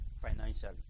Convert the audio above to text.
financially